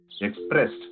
expressed